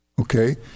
okay